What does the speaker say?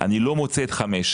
אני לא מוצא שם את 5,